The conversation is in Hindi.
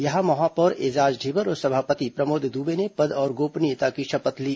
यहां महापौर एजाज ढेबर और सभापति प्रमोद दुबे ने पद और गोपनीयता की शपथ ली